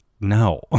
no